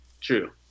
True